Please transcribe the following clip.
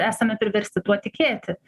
esame priversti tuo tikėti